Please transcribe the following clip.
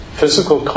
physical